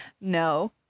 no